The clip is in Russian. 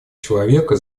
человека